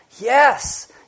Yes